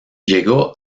llegó